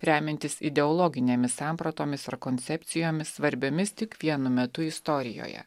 remiantis ideologinėmis sampratomis ar koncepcijomis svarbiomis tik vienu metu istorijoje